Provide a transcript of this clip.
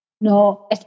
No